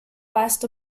last